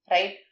Right